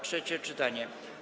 Trzecie czytanie.